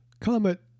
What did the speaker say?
Comet